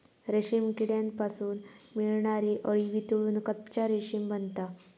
रेशीम किड्यांपासून मिळणारी अळी वितळून कच्चा रेशीम बनता